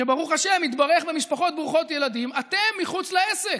שברוך השם התברך במשפחות ברוכות ילדים: אתם מחוץ לעסק.